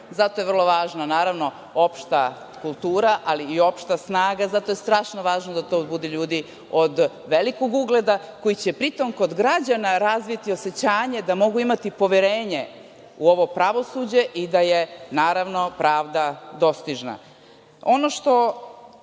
Zato je vrlo važna, naravno, opšta kultura, ali i opšta snaga, zato je strašno važno da to budu ljudi od velikog ugleda koji će pri tom kod građana razviti osećanje da mogu imati poverenje u ovo pravosuđe i da je naravno, pravda dostižna. Ustavni